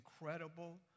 incredible